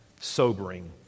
sobering